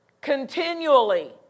continually